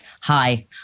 Hi